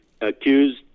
accused